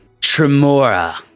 Tremora